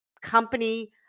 company